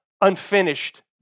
unfinished